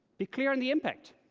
be clear on the impact.